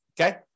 Okay